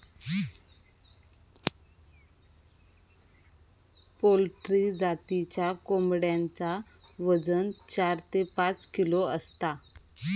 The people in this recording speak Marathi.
पोल्ट्री जातीच्या कोंबड्यांचा वजन चार ते पाच किलो असता